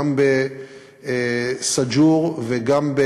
גם בסאג'ור וגם,